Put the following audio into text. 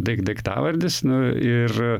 daik daiktavardis nu ir